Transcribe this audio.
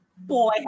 Boy